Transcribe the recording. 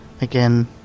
again